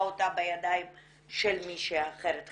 אותה בידיים של מישהי אחרת חיצונית.